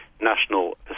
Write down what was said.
national